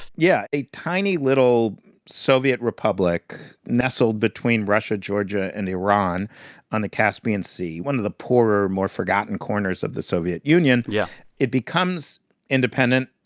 yeah, a tiny little soviet republic nestled between russia, georgia and iran on the caspian sea, one of the poorer, more forgotten corners of the soviet union yeah it becomes independent,